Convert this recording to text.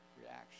reaction